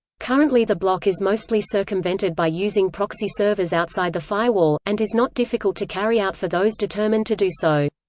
currently the block is mostly circumvented by using proxy servers outside the firewall, and is not difficult to carry out for those determined to do so.